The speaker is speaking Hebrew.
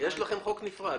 לכם חוק נפרד.